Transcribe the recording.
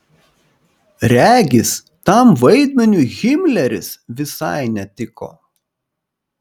regis tam vaidmeniui himleris visai netiko